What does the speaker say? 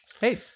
Hey